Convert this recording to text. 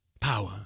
Power